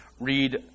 read